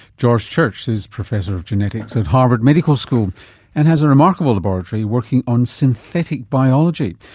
george church is professor of genetics at harvard medical school and has a remarkable laboratory working on synthetic biology,